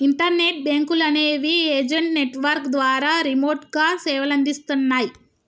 internet బ్యేంకులనేవి agent network ద్వారా రిమోట్గా సేవలనందిస్తన్నయ్